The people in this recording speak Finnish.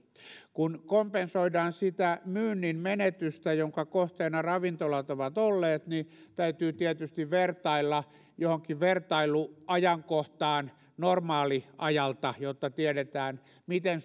kun kompensoidaan sitä myynnin menetystä jonka kohteena ravintolat ovat olleet niin täytyy tietysti vertailla johonkin vertailuajankohtaan normaaliajalta jotta tiedetään miten